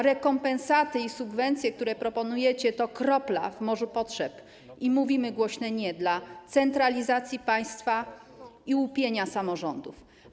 Rekompensaty i subwencje, które proponujecie, to kropla w morzu potrzeb, dlatego mówimy głośne „nie” dla centralizacji państwa i łupienia samorządów.